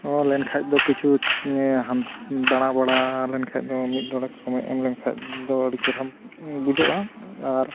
ᱱᱚᱣᱟ ᱞᱮᱱᱠᱷᱟᱱ ᱫᱚ ᱠᱤᱪᱷᱩ ᱫᱟᱬᱟ ᱵᱟᱲᱟ ᱞᱮᱱᱠᱷᱟᱡ ᱫᱚ ᱢᱤᱫ ᱰᱚᱸᱰᱮᱠ ᱥᱚᱢᱚᱭ ᱮᱢ ᱞᱮᱱᱠᱷᱟᱱ ᱫᱚ ᱟᱹᱰᱤ ᱪᱮᱦᱨᱟᱢ ᱵᱩᱡᱷᱟᱹᱜᱼᱟ ᱟᱨ